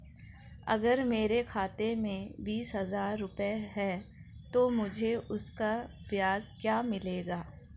अगर मेरे खाते में बीस हज़ार रुपये हैं तो मुझे उसका ब्याज क्या मिलेगा?